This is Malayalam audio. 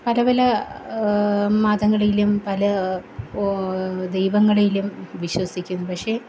പലപല മതങ്ങളിലും പല ദൈവങ്ങളിലും വിശ്വസിക്കും പക്ഷെ